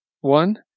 one